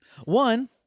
One